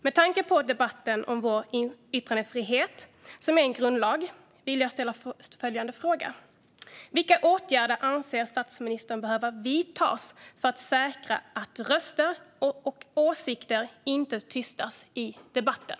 Med tanke på debatten om vår yttrandefrihet, som är en grundlag, vill jag ställa följande fråga: Vilka åtgärder anser statsministern behöver vidtas för att säkra att röster och åsikter inte tystas i debatten?